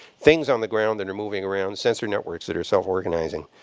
things on the ground that are moving around, sensored networks that are self-organizing.